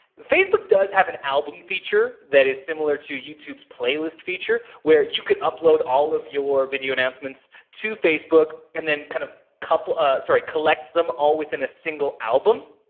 facebook does have an album feature that is similar to youtube's playlist feature where you can upload all of your video announcements to facebook and then, kind of ah sorry, collect them all within a single album.